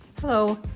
Hello